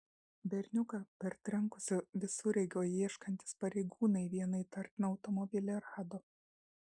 berniuką partrenkusio visureigio ieškantys pareigūnai vieną įtartiną automobilį rado